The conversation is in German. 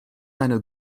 eine